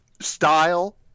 style